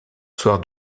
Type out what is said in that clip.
soir